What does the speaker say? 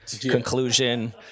conclusion